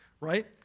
right